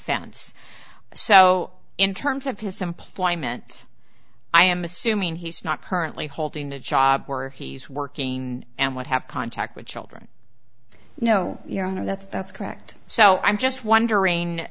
fense so in terms of his employment i am assuming he's not currently holding a job where he's working and would have contact with children no no that's that's correct so i'm just wondering